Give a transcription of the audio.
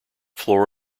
floor